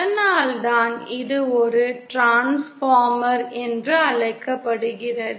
அதனால்தான் இது ஒரு டிரான்ஸ்ஃபார்மர் என்று அழைக்கப்படுகிறது